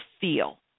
feel